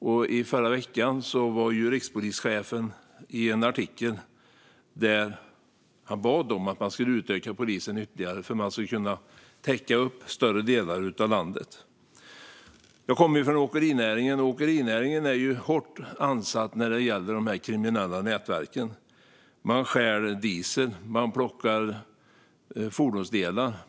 I en artikel förra veckan bad rikspolischefen att man ska utöka polisen ytterligare för att de ska kunna täcka större delar av landet. Jag kommer från åkerinäringen. Den är hårt ansatt av de kriminella nätverken. Man stjäl diesel, och man plockar fordonsdelar.